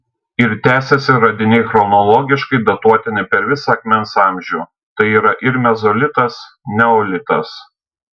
ir tęsiasi radiniai chronologiškai datuotini per visą akmens amžių tai yra ir mezolitas neolitas